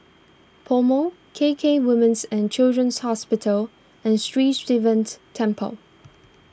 PoMo K K Women's and Children's Hospital and Sri Sivan's Temple